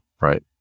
Right